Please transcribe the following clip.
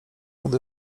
gdy